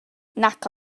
nac